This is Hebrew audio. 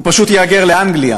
הוא פשוט יהגר לאנגליה